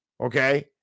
Okay